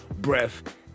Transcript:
breath